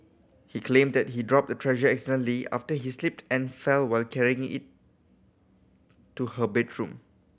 he claimed that he dropped Treasure accidentally after he slipped and fell while carrying it to her bedroom